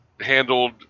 handled